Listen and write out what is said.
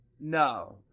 no